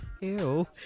Ew